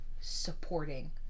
supporting